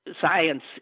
science